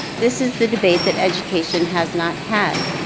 this is the debate that education has not had.